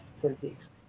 critiques